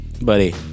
buddy